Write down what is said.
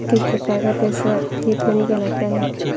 किस प्रकार का पैसा फिएट मनी कहलाता है?